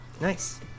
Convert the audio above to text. Nice